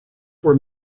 were